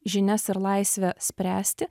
žinias ir laisvę spręsti